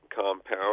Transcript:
compound